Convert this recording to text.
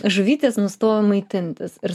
žuvytės nustojo maitintis ir